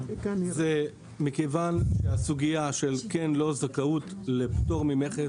זה מכיוון שהסוגיה של כן/לא זכאות לפטור ממכס